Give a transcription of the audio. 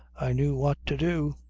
i knew what to do.